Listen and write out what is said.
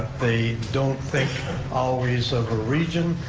they don't think always of a region,